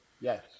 Yes